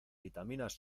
vitaminas